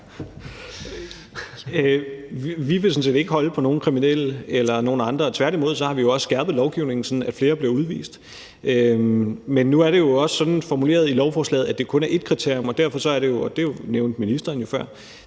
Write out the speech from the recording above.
Vi vil sådan set ikke holde på nogen kriminelle eller nogen andre. Tværtimod har vi jo også skærpet lovgivningen, sådan at flere bliver udvist. Men nu er det jo også formuleret sådan i lovforslaget, at det kun er ét kriterium, og derfor er det sådan – det nævnte ministeren jo før